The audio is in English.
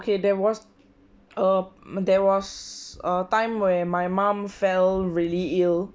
okay there was uh there was a time where my mum fell really ill